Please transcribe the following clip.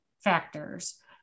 factors